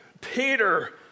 Peter